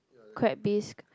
crab bisque